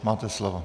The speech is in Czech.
Máte slovo.